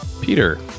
Peter